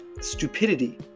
stupidity